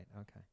okay